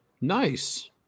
Nice